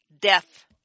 death